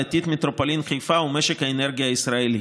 עתיד מטרופולין חיפה ומשק האנרגיה הישראלי.